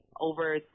over